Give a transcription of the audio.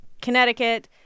Connecticut